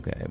Okay